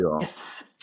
Yes